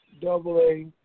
double-A